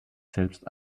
selbst